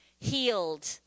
healed